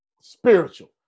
spiritual